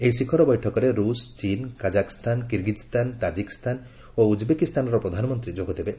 ଏହି ଶିଖର ବୈଠକରେ ରୁଷ୍ ଚୀନ୍ କାଜାଖ୍ସ୍ତାନ କିର୍ଗୀଜ୍ସାନ ତାଜିକ୍ସାନ ଓ ଉଜ୍ବେକିସ୍ତାନର ପ୍ରଧାନମନ୍ତ୍ରୀ ଯୋଗ ଦେବେ